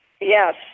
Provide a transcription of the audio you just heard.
Yes